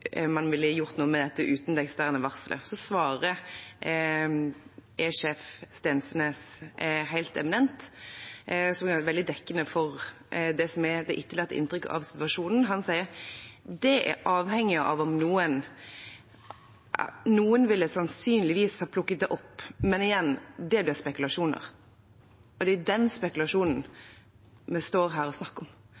man ville gjort noe med dette uten det eksterne varselet? Så svarer E-sjef Stensønes helt eminent noe som er veldig dekkende for det som er det etterlatte inntrykket av situasjonen, han sier: Noen ville sannsynligvis ha plukket det opp, men igjen, det blir spekulasjoner. Det er den spekulasjonen vi står her og snakker om, det er